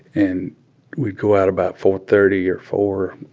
and we'd go out about four thirty or four,